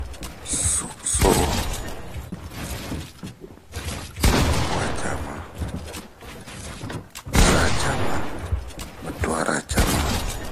so-oo ,bwacama ,zaacama batubaracama